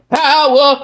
power